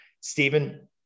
Stephen